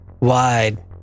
wide